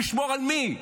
לשמור על מי?